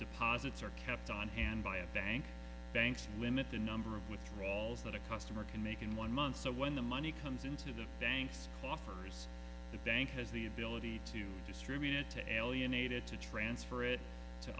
deposits are kept on hand by a bank banks limit the number of withdrawals that a customer can make in one month so when the money comes into the bank's coffers the bank has the ability to distribute it to alienate it to transfer it to